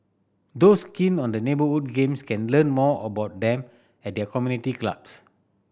those keen on the neighbourhood games can learn more about them at their community clubs